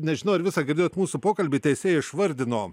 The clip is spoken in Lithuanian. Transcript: nežinau ar visą girdėjot mūsų pokalbį teisėja išvardino